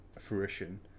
fruition